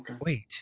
wait